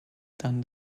done